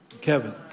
Kevin